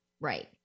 Right